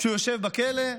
כשהוא יושב בכלא,